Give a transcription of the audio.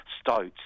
stoats